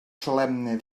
solemne